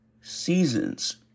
seasons